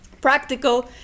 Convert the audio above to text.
practical